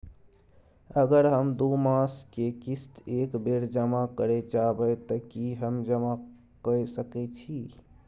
अगर हम दू मास के किस्त एक बेर जमा करे चाहबे तय की हम जमा कय सके छि?